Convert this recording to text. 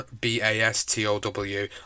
B-A-S-T-O-W